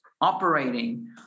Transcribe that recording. operating